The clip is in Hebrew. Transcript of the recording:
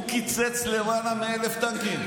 הוא קיצץ למעלה מ-1,000 טנקים.